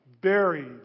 buried